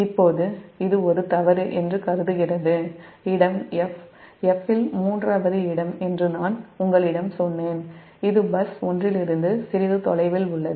இப்போது இது ஒரு தவறு என்று கருதுகிறது இடம் 'F' இல் இது மூன்றாவது இடம் என்று நான் உங்களிடம் சொன்னேன் இது பஸ் 1 இலிருந்து சிறிது தொலைவில் உள்ளது